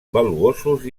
valuosos